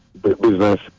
business